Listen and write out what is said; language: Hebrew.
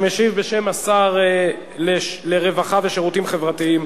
שמשיב בשם השר לרווחה ושירותים חברתיים,